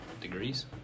degrees